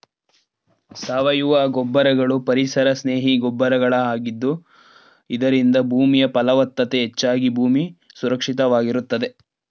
ಸಾವಯವ ಗೊಬ್ಬರಗಳು ಪರಿಸರ ಸ್ನೇಹಿ ಗೊಬ್ಬರಗಳ ಆಗಿದ್ದು ಇದರಿಂದ ಭೂಮಿಯ ಫಲವತ್ತತೆ ಹೆಚ್ಚಾಗಿ ಭೂಮಿ ಸುರಕ್ಷಿತವಾಗಿರುತ್ತದೆ